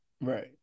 Right